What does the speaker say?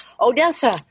Odessa